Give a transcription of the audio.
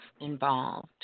involved